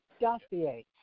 dossier